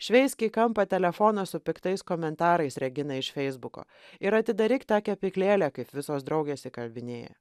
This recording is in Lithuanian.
šveisk į kampą telefoną su piktais komentarais regina iš feisbuko ir atidaryk tą kepyklėlę kaip visos draugės įkalbinėja